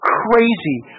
crazy